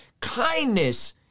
kindness